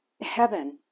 heaven